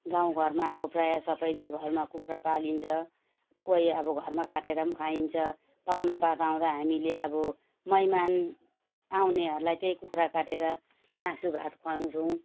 गाउँ घरमा अब प्रायः सबैले घरमा कुखुरा पालिन्छ कोही अब घरमा काटेर खाइन्छ पाहुनापात आउँदा हामीले अब मेहमान आउनेहरूलाई त्यही कुखुरा काटेर मासु भात खुवाउँछौँ